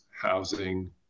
housing